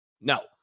No